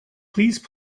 please